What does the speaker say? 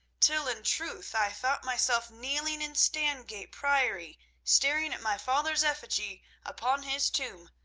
till in truth i thought myself kneeling in stangate priory staring at my father's effigy upon his tomb,